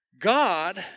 God